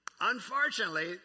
Unfortunately